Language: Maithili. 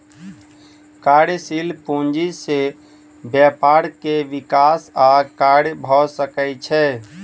कार्यशील पूंजी से व्यापार के विकास आ कार्य भ सकै छै